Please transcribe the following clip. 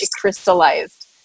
crystallized